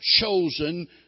chosen